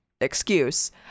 excuse